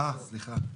אה, סליחה.